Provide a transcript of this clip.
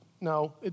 No